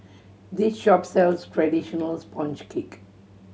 this shop sells traditional sponge cake